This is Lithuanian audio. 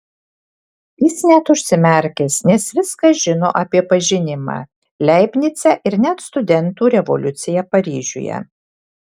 jis net užsimerkęs nes viską žino apie pažinimą leibnicą ir net studentų revoliuciją paryžiuje